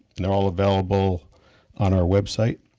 and are all available on our website.